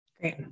Great